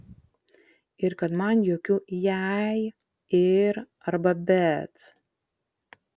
ir kad man jokių jei ir arba bet